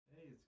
Hey